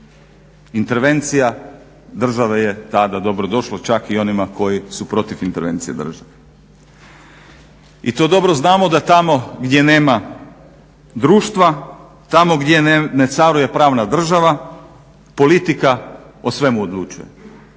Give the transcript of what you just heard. Intervencija je države tada dobrodošla čak i onima koji su protiv intervencije države. I to dobro znamo da tamo gdje nema društva, tamo gdje ne caruje pravna država politika o svemu odlučuje.